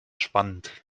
spannend